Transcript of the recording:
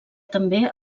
també